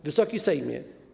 Wysoki Sejmie!